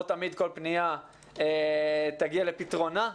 לא תמיד כל פנייה תגיע לפתרונה,